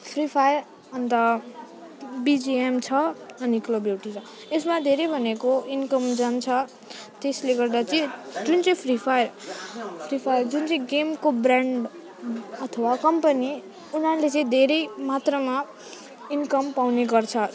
free Fire अनि त BGM छ अनि क्लबब्युटी छ यसमा धेरै भनेको इन्कम जान्छ त्यसले गर्दा चाहिँ जुन चाहिँ फ्री फायर फ्री फायर जुन चाहिँ गेमको ब्रान्ड अथवा कम्पनी उनीहरूले चाहिँ धेरै मात्रामा इन्कम पाउने गर्छ